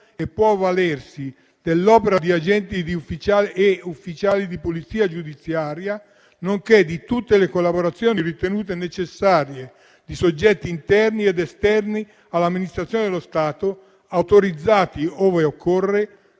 e può avvalersi dell'opera di agenti e ufficiali di Polizia giudiziaria, nonché di tutte le collaborazioni ritenute necessarie di soggetti interni ed esterni all'amministrazione dello Stato, autorizzati, ove occorra,